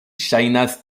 ŝajnas